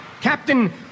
Captain